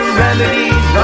remedies